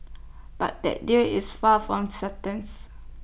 but that deal is far from certain